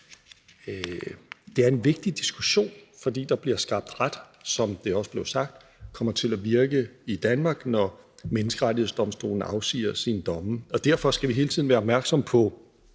det er en vigtig diskussion, fordi der bliver skabt ret, som det også blev sagt, der kommer til at virke i Danmark, når Menneskerettighedsdomstolen afsiger sine domme. Derfor skal vi hele tiden være opmærksom på